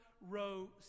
row